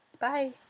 Bye